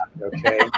okay